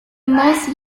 most